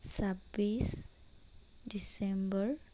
ছাব্বিছ ডিচেম্বৰ